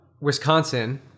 Wisconsin